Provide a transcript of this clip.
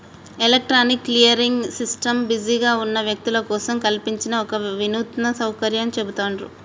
electronic clearing system బిజీగా ఉన్న వ్యక్తుల కోసం కల్పించిన ఒక వినూత్న సౌకర్యంగా చెబుతాండ్రు